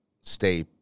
stay